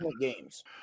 games